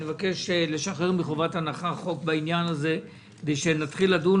אני מבקש לשחרר מחובת הנחה הצעת חוק בעניין הזה כדי שנתחיל לדון,